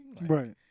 right